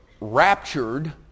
raptured